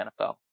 NFL